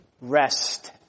rest